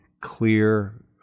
clear